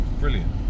brilliant